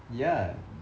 ya